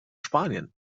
spanien